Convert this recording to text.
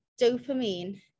Dopamine